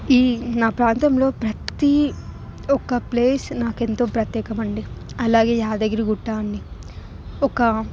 ఈ నా ప్రాంతంలో ప్రతి ఒక్క ప్లేస్ నాకెంతో ప్రత్యేకం అండి అలాగే యాదగిరిగుట్ట అని ఒక